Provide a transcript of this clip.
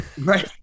right